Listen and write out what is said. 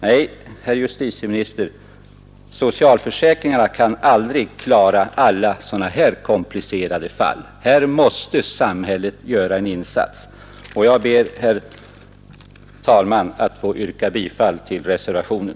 Nej, herr justitieminister, socialförsäkringarna kan aldrig klara alla sådana här komplicerade fall. Där måste samhället göra en insats. Jag ber, herr talman, att få yrka bifall till reservationen.